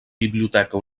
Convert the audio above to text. biblioteca